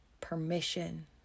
permission